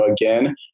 again